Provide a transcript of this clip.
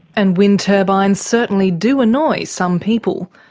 and wind turbines certainly do annoy some people.